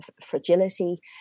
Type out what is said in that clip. fragility